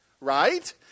right